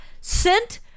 sent